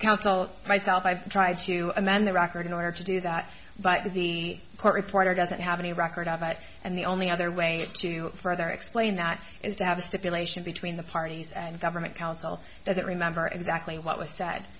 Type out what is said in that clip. council myself i've tried to amend the record in order to do that but the court reporter doesn't have any record of it and the only other way to further explain that is to have a stipulation between the parties and government counsel that remember exactly what was said